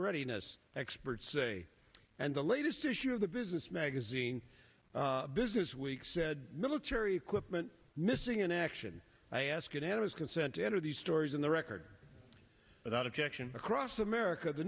readiness experts say and the latest issue of the business magazine business week said military equipment missing in action i ask unanimous consent to enter these stories in the record without objection across america the